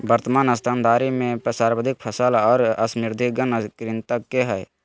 वर्तमान स्तनधारी में सर्वाधिक सफल और समृद्ध गण कृंतक के हइ